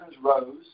rose